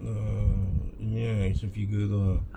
err ini ah action figure lah